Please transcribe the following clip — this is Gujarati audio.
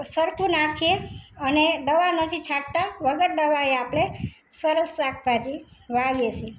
સરખું નાખીએ અને દવા નથી છાંટતા વગર દવાએ આપણે સરસ શાકભાજી વાવીએ છે